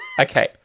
Okay